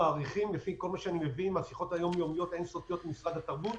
לפי כל מה שאני מבין מהשיחות היום-יומיות האין-סופיות עם משרד התרבות,